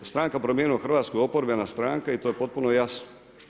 Stranka Promijenilo Hrvatsku je oporbena stranka i to je potpuno jasno.